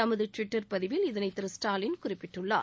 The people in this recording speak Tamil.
தமது ட்விட்டர் பதிவில் இதனை திரு ஸ்டாலின் குறிப்பிட்டுள்ளார்